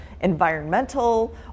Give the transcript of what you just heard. environmental